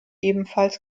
ebenfalls